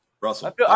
Russell